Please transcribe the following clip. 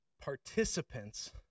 participants